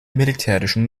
militärischen